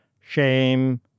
shame